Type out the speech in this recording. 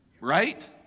Right